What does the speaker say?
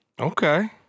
Okay